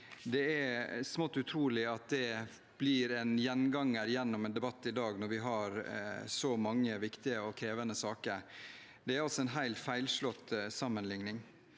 Det er smått utrolig at det blir en gjenganger gjennom debatten i dag når vi har så mange viktige og krevende saker. Det er altså en helt feilslått sammenligning.